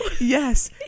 Yes